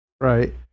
Right